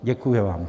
Děkuji vám.